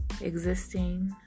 existing